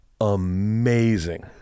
amazing